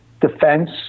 defense